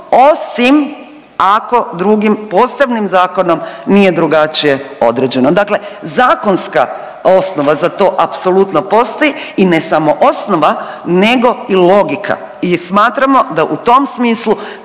osim ako drugim posebnim zakonom nije drugačije određeno. Dakle, zakonska osnova za to apsolutno postoji i ne samo osnova nego i logika i smatramo da u tom smislu